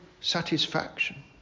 satisfaction